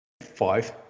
five